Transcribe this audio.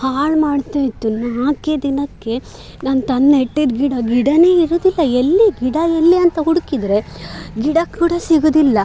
ಹಾಳು ಮಾಡ್ತಾ ಇತ್ತು ನಾಲ್ಕೇ ದಿನಕ್ಕೆ ನಾನು ತಂದು ನೆಟ್ಟಿದ್ದ ಗಿಡ ಗಿಡನೇ ಇರುವುದಿಲ್ಲ ಎಲ್ಲಿ ಗಿಡ ಎಲ್ಲಿ ಅಂತ ಹುಡುಕಿದರೆ ಗಿಡ ಕೂಡ ಸಿಗುವುದಿಲ್ಲ